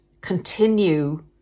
continue